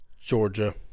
Georgia